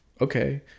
okay